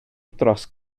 dros